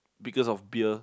because of beer